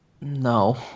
No